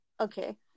okay